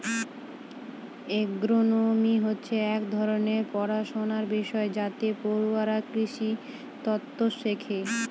agronomy হচ্ছে এক ধরনের পড়াশনার বিষয় যাতে পড়ুয়ারা কৃষিতত্ত্ব শেখে